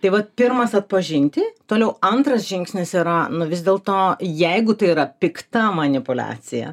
tai vat pirmas atpažinti toliau antras žingsnis yra nu vis dėlto jeigu tai yra pikta manipuliacija